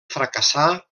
fracassà